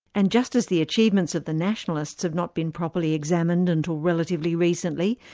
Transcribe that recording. and just as the achievements of the nationalists have not been properly examined until relatively recently,